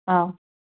ꯑꯥꯎ